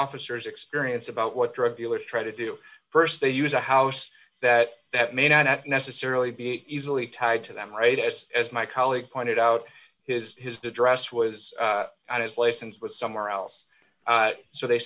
officers experience about what drug dealers try to do st they use a house that that may not necessarily be easily tied to them right as as my colleague pointed out his his dress was at his place and was somewhere else so they